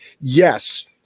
yes